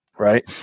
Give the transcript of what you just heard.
right